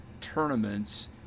tournaments